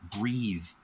breathe